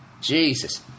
Jesus